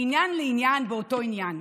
מעניין לעניין באותו עניין.